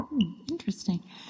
Interesting